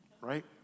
right